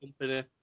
company